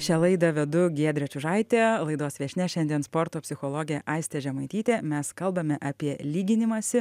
šią laidą vedu giedrė čiužaitė laidos viešnia šiandien sporto psichologė aistė žemaitytė mes kalbame apie lyginimąsi